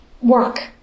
work